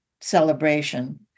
celebration